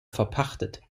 verpachtet